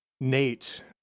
Nate